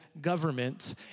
government